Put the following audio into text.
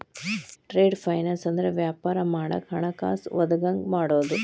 trade finance ಅಂದ್ರ ವ್ಯಾಪಾರ ಮಾಡಾಕ ಹಣಕಾಸ ಒದಗಂಗ ಮಾಡುದು